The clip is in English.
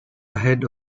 ahead